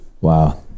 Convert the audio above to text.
Wow